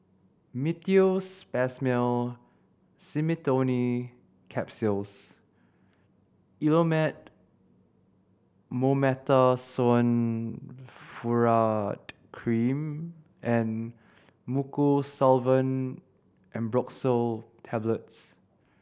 Meteospasmyl Simeticone Capsules Elomet Mometasone Furoate Cream and Mucosolvan Ambroxol Tablets